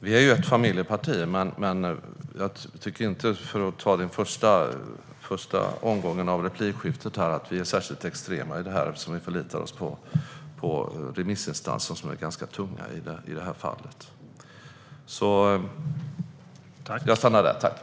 Vi är ett familjeparti, men jag tycker inte - för att återgå till första omgången av replikskiftet - att vi är särskilt extrema i detta. Vi förlitar oss ju i det här fallet på remissinstanser som är ganska tunga.